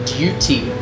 duty